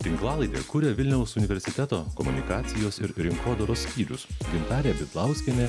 tinklalaidę kuria vilniaus universiteto komunikacijos ir rinkodaros skyrius gintarė bidlauskienė